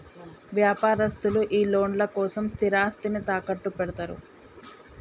వ్యాపారస్తులు ఈ లోన్ల కోసం స్థిరాస్తిని తాకట్టుపెడ్తరు